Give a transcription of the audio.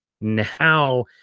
now